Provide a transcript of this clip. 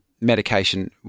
medication